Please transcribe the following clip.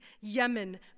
Yemen